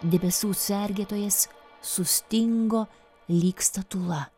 debesų sergėtojas sustingo lyg statula